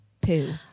poo